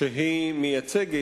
שהיא מייצגת,